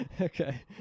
Okay